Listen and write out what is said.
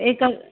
एकं